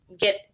get